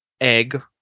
egg